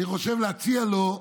אני חושב להציע לו,